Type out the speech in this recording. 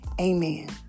Amen